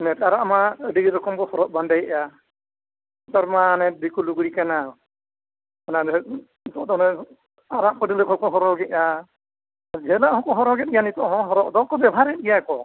ᱱᱮᱛᱟᱨᱟᱜᱢᱟ ᱟᱹᱰᱤ ᱨᱚᱠᱚᱢ ᱠᱚ ᱦᱚᱨᱚᱜ ᱵᱟᱸᱫᱮᱭᱮᱫᱼᱟ ᱱᱮᱛᱟᱨᱢᱟ ᱦᱟᱱᱮ ᱫᱤᱠᱩ ᱞᱩᱜᱽᱲᱤ ᱠᱟᱱᱟ ᱚᱱᱟ ᱡᱚᱦᱮᱜ ᱱᱤᱛᱚᱜ ᱫᱚ ᱚᱱᱮ ᱟᱨᱟᱜ ᱯᱟᱹᱲᱞᱟᱹ ᱠᱚᱠᱚ ᱦᱚᱨᱚᱜᱜᱮᱼᱟ ᱡᱷᱟᱹᱞ ᱟᱜ ᱦᱚᱠᱚ ᱚᱨᱚᱜ ᱜᱮᱫ ᱜᱮᱭᱟ ᱱᱤᱛᱚᱜ ᱦᱚᱸ ᱫᱚ ᱵᱮᱵᱚᱦᱟᱨᱮᱫ ᱜᱮᱭᱟ ᱠᱚ